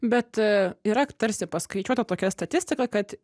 bet a yra tarsi paskaičiuota tokia statistika kad